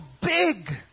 big